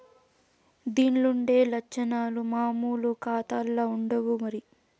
దీన్లుండే లచ్చనాలు మామూలు కాతాల్ల ఉండవు మరి